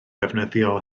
ddefnyddio